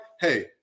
hey